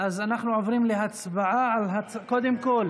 אז אנחנו עוברים להצבעה, קודם כול